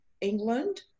England